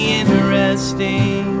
interesting